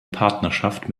partnerschaft